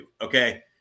Okay